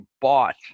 bought